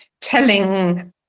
telling